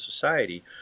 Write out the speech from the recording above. society